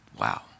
Wow